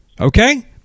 Okay